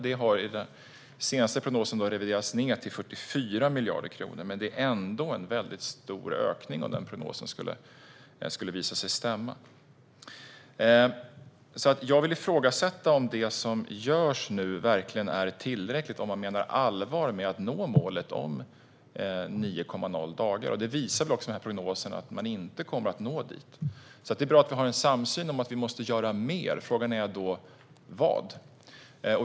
Det har i den senaste prognosen reviderats ned till 44 miljarder kronor, men det är ändå en mycket stor ökning om den prognosen skulle visa sig stämma. Jag vill ifrågasätta om det som görs nu verkligen är tillräckligt om man menar allvar med att nå målet om ett sjukpenningtal på 9,0 dagar. Den här prognosen visar väl att man inte kommer att nå dit. Det är bra att vi har en samsyn om att vi måste göra mer. Frågan är vad.